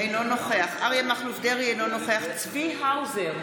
אינו נוכח אריה מכלוף דרעי, אינו נוכח צבי האוזר,